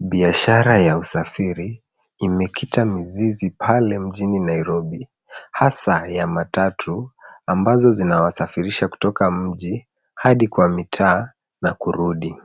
Biashara ya usafiri imekita mzizi pale mjini Nairobi, hasaa ya matatu ambazo zinawasafirisha kutoka mji adi kwa mitaa na kurudi.